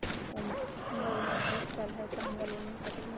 हमर उमर बीस साल हाय का हमरा लोन मिल सकली ह?